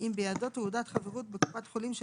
אם בידו תעודת חברות בקופת חולים של